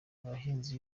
abahinzi